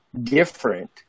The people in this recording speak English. different